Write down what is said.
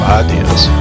ideas